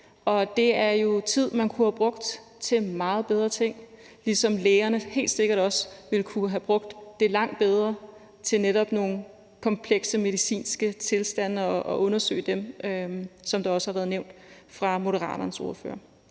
Det er jo tid, man kunne have brugt til meget bedre ting, ligesom lægerne helt sikkert også ville kunne have brugt tiden langt bedre til netop at se på nogle komplekse medicinske tilstande og undersøge dem, som det også har været nævnt af Moderaternes ordfører.